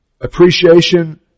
Appreciation